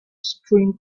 string